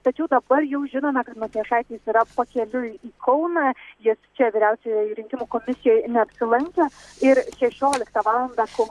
tačiau dabar jau žinome kad matijošaitis yra pakeliui į kauną jis čia vyriausiojoje rinkimų komisijoj neapsilankė ir šešioliktą valandą kol